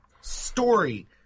story